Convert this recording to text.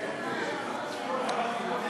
נתקבל.